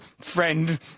friend